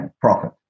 profit